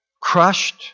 crushed